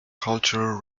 cultural